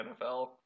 NFL